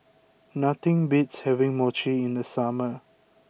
nothing beats having Mochi in the summer